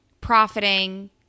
profiting